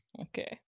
Okay